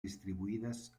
distribuïdes